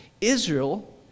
Israel